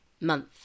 month